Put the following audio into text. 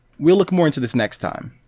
we'll look more into this next time.